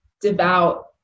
devout